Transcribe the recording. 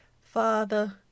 Father